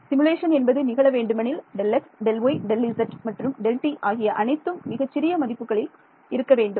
simulation என்பது நிகழ வேண்டுமெனில் Δx Δy Δz மற்றும் Δt ஆகிய அனைத்தும் மிகச் சிறிய மதிப்புகளில் இருக்க வேண்டும்